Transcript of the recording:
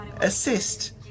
assist